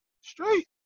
Straight